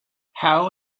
how